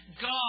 God